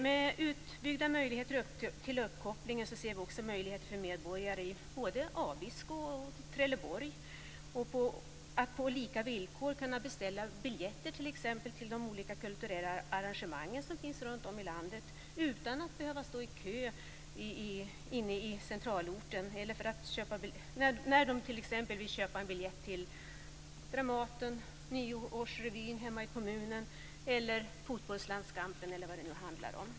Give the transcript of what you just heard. Med utbyggda möjligheter till uppkoppling ser vi också möjligheter för medborgare i både Abisko och Trelleborg att på lika villkor beställa biljetter till olika kulturella arrangemang runtom i landet utan att behöva stå i kö i centralorten. Det kan t.ex. gälla att köpa biljetter till Dramaten, till en nyårsrevy hemma i kommunen, till en fotbollslandskamp eller till något annat.